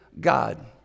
God